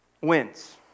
wins